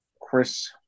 Chris